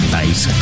nice